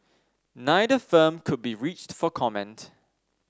neither firm could be reached for comment